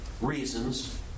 Reasons